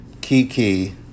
Kiki